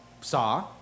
saw